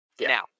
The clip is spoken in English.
now